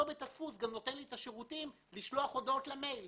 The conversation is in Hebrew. אותו בית דפוס גם נותן לי את השירותים לשלוח הודעות למייל.